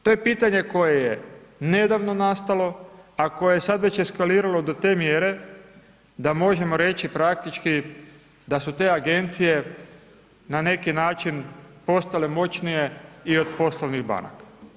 To je pitanje koje je nedavno nastalo, a koje je sada već eskaliralo, do te mjere, da možemo reći, praktički, da su te agencije, na neki način, postale moćnije i od poslovnih banaka.